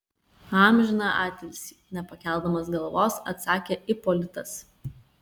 amžiną atilsį nepakeldamas galvos atsakė ipolitas